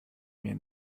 mir